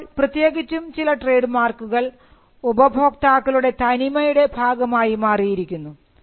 ഇപ്പോൾ പ്രത്യേകിച്ചും ചില ട്രേഡ് മാർക്കുകൾ ഉപഭോക്താക്കളുടെ തനിമയുടെ ഭാഗമായി മാറിയിരിക്കുന്നു